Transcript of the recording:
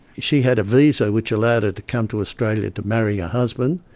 she had a visa which allowed her to come to australia to marry her husband.